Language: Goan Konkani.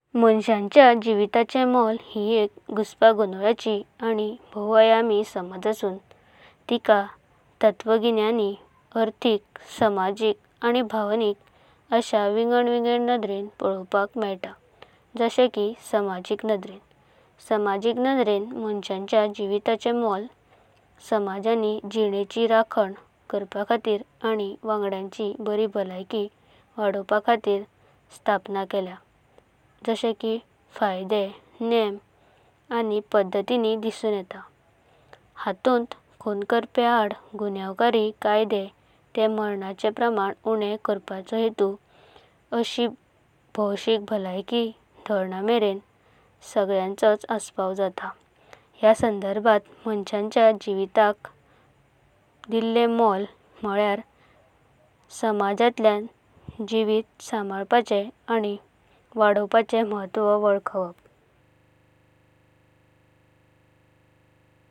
माणसाच्या जीविताचे मोल एक घुसपागोनोलाची आणि बयामी समाज असून तिका। ततवागिनया नी आरेटिक, समाजिक आणि भावनिका अशा विंगड-विंगड नदरेन पोलोवंका मिळता। जशे की समाजिका नदर समाजिका नदरेन माणसाचा जीविताचे मोल समाजाणी जिनेची रखाण करपाखातिरा। आणी वांगडेंची बारी बलायकी वाढोपाखातिरा स्थापणा केलेया जशे की फायदा, नेमा आणि पद्धतीनी दिसुना येता। हातुणा खुणा करपेयान आड गुनयावकरी कायदे ते मरणाचेण परमण उणे कर्पाचो हेतु। असशी भोशिक बलायकी धोरणमेरेण सगळ्यांचोत असपावा जाता। ह्या संदर्बांत माणसाचा जीवितका दिले मोल म्हल्यार समाजतलेयान जीविता संभलापाचेन आणि वाढोपाचेन महत्व वलखाप।